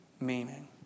meaning